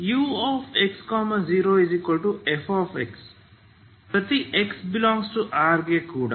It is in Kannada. ux0fx ಪ್ರತಿ x∈Rಗೆ ಕೂಡ